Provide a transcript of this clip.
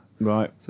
right